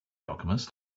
alchemist